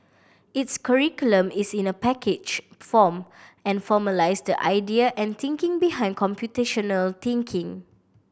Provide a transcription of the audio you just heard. its curriculum is in a packaged form and formalised idea and thinking behind computational thinking